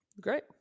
Great